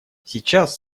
сейчас